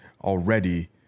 already